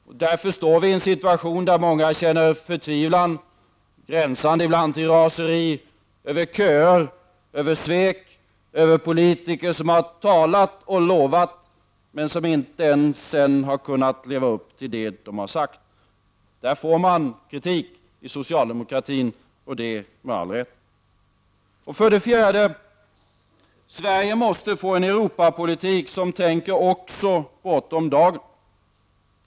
Vi befinner oss därför i en situation där många känner förtvivlan, ibland gränsande till raseri, över köer och svek och över politiker som har talat och lovat men som sedan inte har kunnat leva upp till det som de har sagt. Här får man inom socialdemokratin kritik, och det med all rätt. För det fjärde: Sverige måste få en Europapolitik som tänker också bortom dagen.